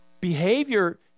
Behavior